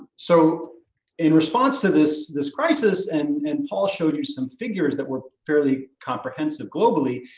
so in response to this this crisis, and and paul showed you some figures that were fairly comprehensive globally,